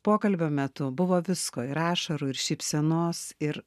pokalbio metu buvo visko ir ašarų ir šypsenos ir